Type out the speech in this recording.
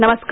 नमस्कार